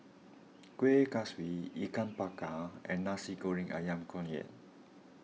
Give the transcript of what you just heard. Kuih Kaswi Ikan Bakar and Nasi Goreng Ayam Kunyit